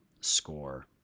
score